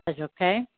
okay